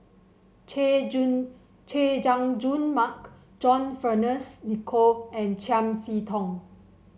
Chay Jun Chay Jung Jun Mark John Fearns Nicoll and Chiam See Tong